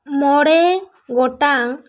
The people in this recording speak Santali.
ᱢᱚᱬᱮ ᱜᱚᱴᱟᱝ